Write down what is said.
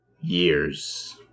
years